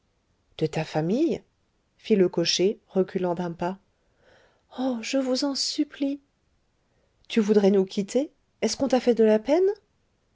de ta famille fit le cocher reculant d'un pas oh je vous en supplie tu voudrais nous quitter est-ce qu'on t'a fait de la peine